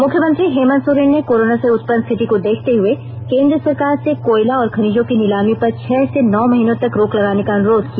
मुख्यमंत्री हेमंत सोरेन ने कोरोना से उत्पन्न स्थिति को देखते हुए केन्द्र सरकार से कोयला और खनिजों की नीलमी पर छह से नौ महीनों तक रोक लगाने का अनुरोध किया